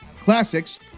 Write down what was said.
classics